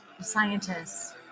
scientists